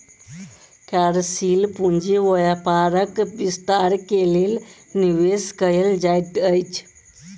कार्यशील पूंजी व्यापारक विस्तार के लेल निवेश कयल जाइत अछि